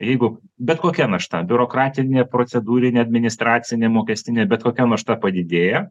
jeigu bet kokia našta biurokratinė procedūrinė administracinė mokestinė bet kokia našta padidėja